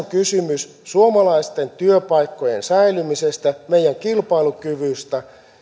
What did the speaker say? kysymys suomalaisten työpaikkojen säilymisestä meidän kilpailukyvystä